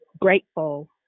grateful